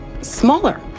smaller